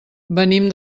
venim